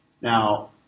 Now